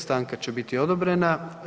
Stanka će biti odobrena.